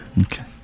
Okay